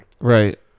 Right